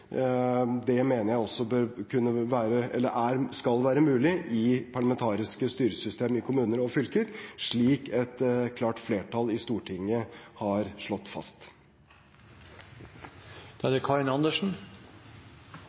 Det mener jeg også skal være mulig i parlamentariske styringssystemer i kommuner og fylker, slik et klart flertall i Stortinget har slått fast. Jeg hadde håpet det